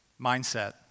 mindset